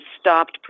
stopped